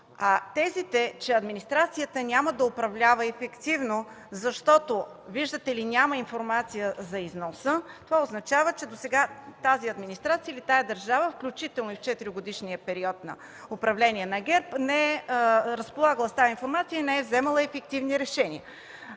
Тезите, че администрацията няма да управлява ефективно, защото, виждате ли, няма информация за износа, означава, че досега тази администрация или тази държава, включително и в четиригодишния период на управление на ГЕРБ, не е разполагала с информацията и не е вземала ефективни решения.